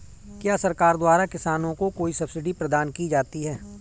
क्या सरकार द्वारा किसानों को कोई सब्सिडी प्रदान की जाती है?